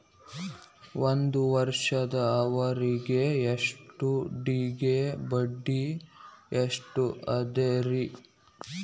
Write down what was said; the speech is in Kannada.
ಒಂದ್ ವರ್ಷದ ಅವಧಿಯ ಎಫ್.ಡಿ ಗೆ ಬಡ್ಡಿ ಎಷ್ಟ ಅದ ರೇ?